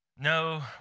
no